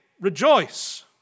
rejoice